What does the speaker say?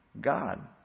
God